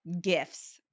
gifts